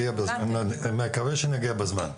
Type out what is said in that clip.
נקווה שנגיע בזמן.